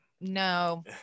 no